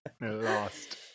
lost